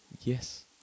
yes